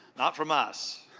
not from us.